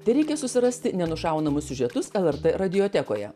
tereikia susirasti nenušaunamus siužetus lrt radiotekoje